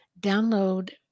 download